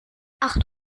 acht